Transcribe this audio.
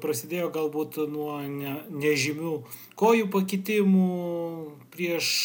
prasidėjo galbūt nuo ne nežymių kojų pakitimų prieš